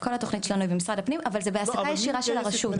כל התוכנית שלנו היא מול משרד הפנים אבל זה בהעסקה ישירה של הרשות.